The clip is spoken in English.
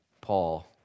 Paul